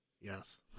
Yes